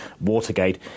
Watergate